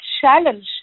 challenge